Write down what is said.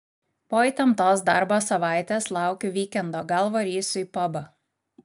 po įtemptos darbo savaitės laukiu vykendo gal varysiu į pabą